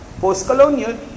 post-colonial